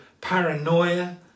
paranoia